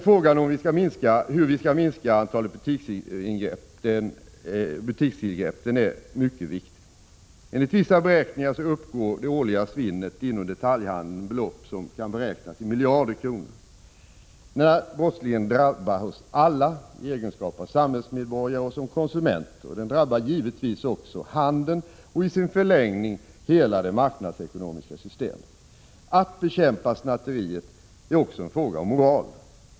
Frågan om hur vi skall minska antalet tillgrepp i butikerna är mycket viktig. Enligt vissa beräkningar uppgår det årliga svinnet inom detaljhandeln till belopp som kan beräknas till miljarder kronor. Denna brottslighet drabbar alla i egenskap av samhällsmedborgare och konsumenter. Den drabbar givetvis också handeln och i sin förlängning hela det marknadsekonomiska systemet. Att bekämpa snatteriet är också en fråga om moral.